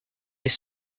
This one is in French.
les